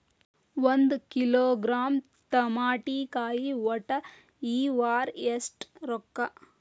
ಒಂದ್ ಕಿಲೋಗ್ರಾಂ ತಮಾಟಿಕಾಯಿ ಒಟ್ಟ ಈ ವಾರ ಎಷ್ಟ ರೊಕ್ಕಾ?